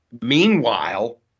Meanwhile